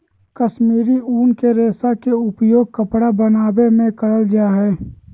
कश्मीरी उन के रेशा के उपयोग कपड़ा बनावे मे करल जा हय